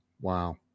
Wow